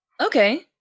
Okay